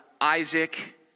Isaac